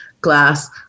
glass